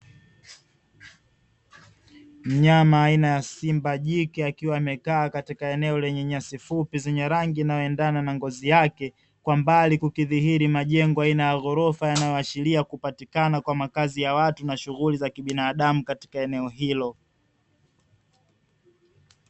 Mnyama aina ya simba jike akiwa amekaa katika eneo lenye nyasi fupi zenye rangi inayoendana na ngozi yake, kwa mbali kukidhihiri majengo aina ya ghorofa yanayoashiria kupatikana kwa makasi ya watu na shughuli za binadamu katika eneo hilo.